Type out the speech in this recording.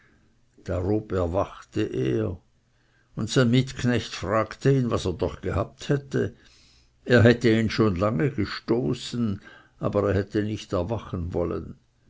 darob erwachte er und sein mitknecht fragte ihn was er doch gehabt hätte er hätte ihn schon lange gemüpft aber er hätte nicht erwachen wollen